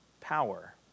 power